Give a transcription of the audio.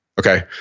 okay